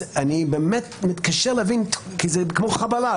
אז אני באמת מתקשה להבין כי זה כמו חבלה,